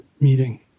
meeting